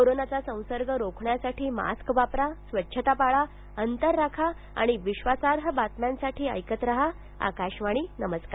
कोरोनाचा संसर्ग रोखण्यासाठी मास्क वापरा स्वच्छता पाळा अंतर राखा आणि विश्वासार्ह बातम्यांसाठी ऐकत रहा आकाशवाणी नमस्कार